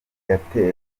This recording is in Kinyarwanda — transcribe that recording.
yatewe